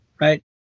right